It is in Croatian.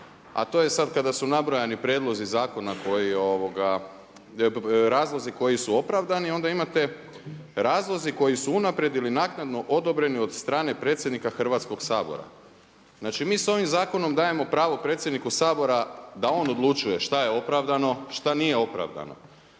A to je sada kada su nabrojani prijedlozi zakona koji, razlozi koji su opravdani i onda imate razlozi koji su unaprijed ili naknadno odobreni od strane predsjednika Hrvatskoga sabora. Znači mi sa ovim zakonom dajemo pravo predsjedniku Sabora da on odlučuje šta je opravdano, šta nije opravdano.